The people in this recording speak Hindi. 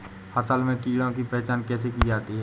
फसल में कीड़ों की पहचान कैसे की जाती है?